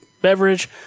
beverage